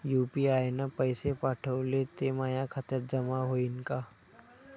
UPI न पैसे पाठवले, ते माया खात्यात जमा होईन का?